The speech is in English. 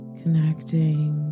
connecting